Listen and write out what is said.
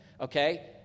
okay